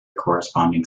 corresponding